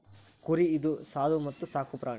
ಕುರಿ ಇದು ಸಾದು ಮತ್ತ ಸಾಕು ಪ್ರಾಣಿ